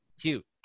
cute